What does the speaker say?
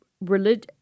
religion